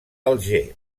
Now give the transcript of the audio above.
alger